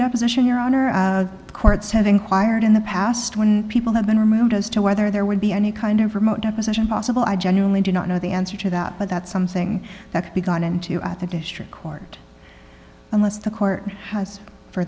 deposition your honor the courts have inquired in the past when people have been removed as to whether there would be any kind of remote deposition possible i genuinely do not know the answer to that but that's something that could be gone into at the district court unless the court has f